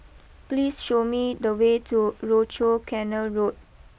please show me the way to Rochor Canal Road